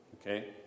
okay